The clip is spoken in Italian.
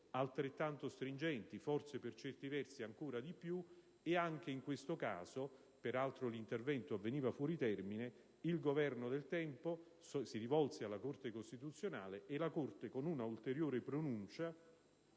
altrettanto stringenti e forse per certi versi ancora di più. Anche in questo caso - peraltro l'intervento avveniva fuori termine - il Governo del tempo si rivolse alla Corte costituzionale, la quale con un'ulteriore pronuncia,